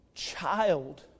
child